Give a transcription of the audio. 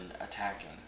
attacking